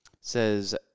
Says